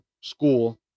school